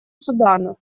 судана